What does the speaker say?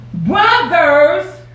Brothers